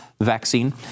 vaccine